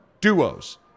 duos